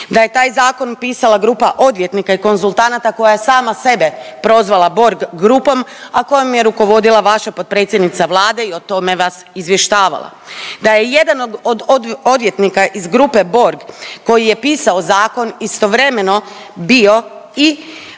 da je taj zakon pisala grupa odvjetnika i konzultanata koje je sama sebe prozvala Borg grupom, a kojom je rukovodila vaša potpredsjednica Vlade i o tome vas izvještavala, da je jedan od odvjetnika iz grupe Borg koji je pisao zakon istovremeno bio i